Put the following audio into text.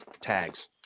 tags